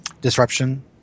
disruption